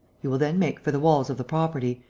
you will then make for the walls of the property,